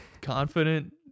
confident